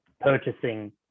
purchasing